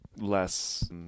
less